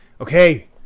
Okay